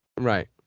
Right